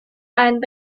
ein